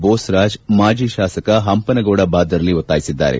ಬೋಸ್ರಾಜ್ ಮಾಜಿ ಶಾಸಕ ಪಂಪನಗೌಡ ಬಾದಲ್ಲಿ ಒತ್ತಾಯಿಸಿದ್ದಾರೆ